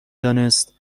دانست